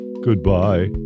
Goodbye